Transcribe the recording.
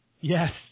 Yes